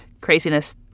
craziness